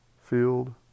field